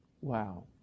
Wow